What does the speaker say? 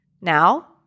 Now